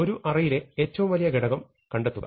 ഒരു അറയിലെ ഏറ്റവും വലിയ ഘടകം കണ്ടെത്തുക